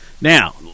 Now